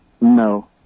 No